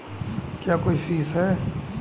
क्या कोई फीस है?